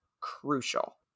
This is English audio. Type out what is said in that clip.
crucial